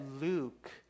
Luke